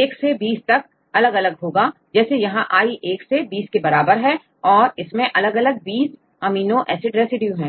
एक से 20 तक अलग अलग होगा जैसे यहां i एक से 20 के बराबर है और इसमें अलग अलग 20 अमीनो एसिड रेसिड्यू है